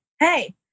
hey